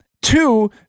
Two